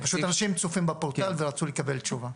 פשוט אנשים צופים בפורטל והם רצו לקבל תשובה.